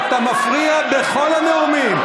אתה מפריע בכל הנאומים,